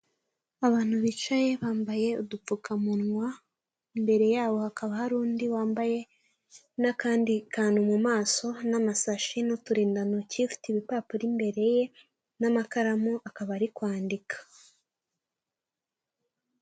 Abantu bicaye bambaye udupfukamunwa, imbere yabo hakaba hari undi wambaye n'akandi kantu mu maso n'amasashi n'uturindantoki ifite ibipapuro imbere ye, n'amakaramu akaba ari kwandika.